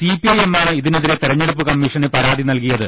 CP ഐഎമ്മാണ് ഇതിനെതിരെ തെരഞ്ഞെടുപ്പ് കമ്മീഷന് പരാതി നൽകിയത്